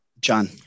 John